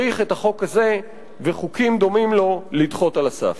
את החוק הזה וחוקים דומים לו צריך לדחות על הסף.